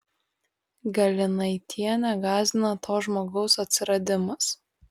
galinaitienę gąsdina to žmogaus atsiradimas